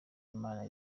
imana